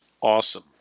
awesome